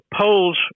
polls